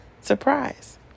surprise